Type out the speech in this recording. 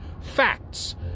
Facts